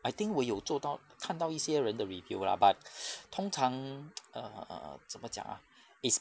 I think 我有做到看到一些人的 review lah but 通常 err 怎么讲 ah